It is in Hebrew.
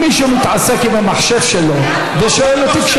אם מישהו מתעסק במחשב שלו ושואל אותי,